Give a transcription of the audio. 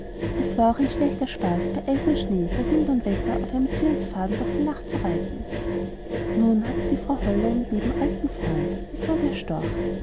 es war auch ein schlechter spaß bei schnee und eis bei wind und wetter auf einem zwirnsfaden durch die nacht zu reiten nun hatte die frau holle einen lieben alten freund das war der storch